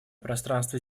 пространство